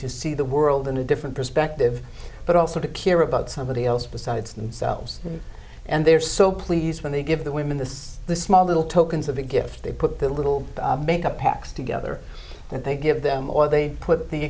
to see the world in a different perspective but also to care about somebody else besides themselves and they're so please when they give the women the small little tokens of a gift they put their little makeup packs together that they give them or they put the